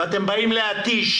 ואתם באים להתיש.